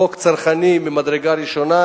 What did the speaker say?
זה חוק צרכני ממדרגה ראשונה,